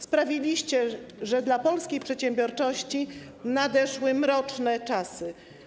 Sprawiliście, że dla polskiej przedsiębiorczości nadeszły mroczne czasy.